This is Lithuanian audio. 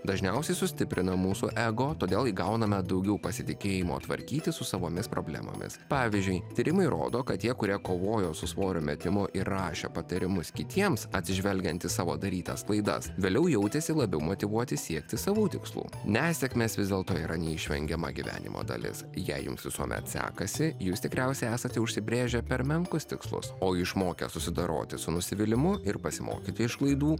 dažniausiai sustiprina mūsų ego todėl įgauname daugiau pasitikėjimo tvarkytis su savomis problemomis pavyzdžiui tyrimai rodo kad tie kurie kovojo su svorio metimo ir rašė patarimus kitiems atsižvelgiant į savo darytas klaidas vėliau jautėsi labiau motyvuoti siekti savų tikslų nesėkmės vis dėlto yra neišvengiama gyvenimo dalis jei jums visuomet sekasi jūs tikriausiai esate užsibrėžę per menkus tikslus o išmokę susidoroti su nusivylimu ir pasimokyti iš klaidų